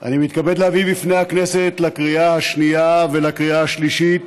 אני מתכבד להביא בפני הכנסת לקריאה השנייה ולקריאה השלישית